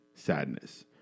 sadness